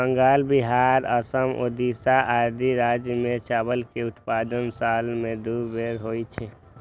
बंगाल, बिहार, असम, ओड़िशा आदि राज्य मे चावल के उत्पादन साल मे दू बेर होइ छै